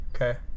Okay